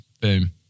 Boom